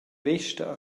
vesta